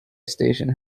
station